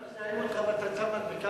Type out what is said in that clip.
גם אם יזהו אותך ואתה שם מדבקה,